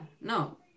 no